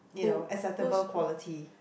you know acceptable quality